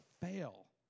fail